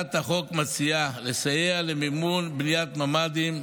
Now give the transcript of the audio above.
הצעת החוק מציעה לסייע במימון בניית ממ"דים,